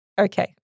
Okay